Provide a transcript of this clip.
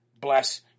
bless